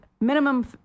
minimum